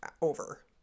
over